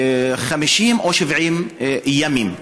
50 או 70 ימים.